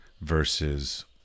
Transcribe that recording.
versus